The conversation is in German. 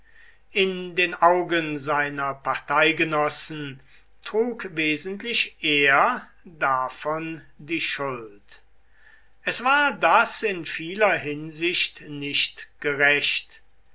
in den augen seiner parteigenossen trug wesentlich er davon die schuld es war das in vieler hinsicht nicht gerecht